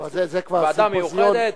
ועדה מיוחדת,